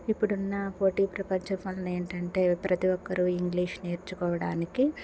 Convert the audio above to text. ఇప్పుడున్న పోటీ ప్రపంచ వలన ఏమిటంటే ప్రతి ఒక్కరూ ఇంగ్లీష్ నేర్చుకోవడానికి